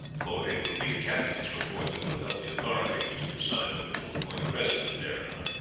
for it will be the captain's report that will help the authorities to decide whether to appoint a resident there or not.